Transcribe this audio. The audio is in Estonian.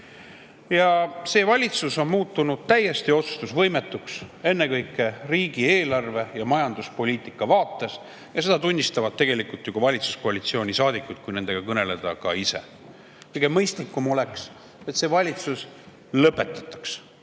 See valitsus on muutunud täiesti otsustusvõimetuks ennekõike riigieelarve ja majanduspoliitika vaates ja seda tunnistavad tegelikult ju ka valitsuskoalitsiooni saadikud, kui nendega kõneleda. Kõige mõistlikum oleks, et see valitsus lõpetaks,